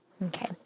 Okay